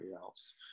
else